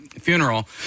funeral